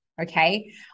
okay